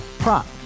Prop